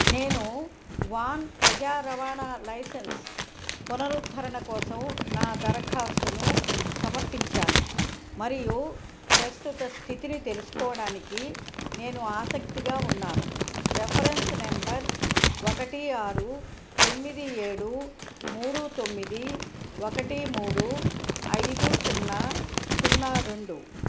నేను వ్యాన్ ప్రజా రవాణా లైసెన్స్ పునరుద్ధరణ కోసం నా దరఖాస్తును సమర్పించాను మరియు ప్రస్తుత స్థితిని తెలుసుకోవడానికి నేను ఆసక్తిగా ఉన్నాను రిఫరెన్స్ నెంబర్ ఒకటి ఆరు తొమ్మిది ఏడు మూడు తొమ్మిది ఒకటి మూడు ఐదు సున్నా సున్నారెండు